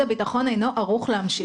הביטחון אינו ערוך להמשיך את ההפעלה.